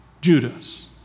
Judas